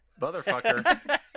Motherfucker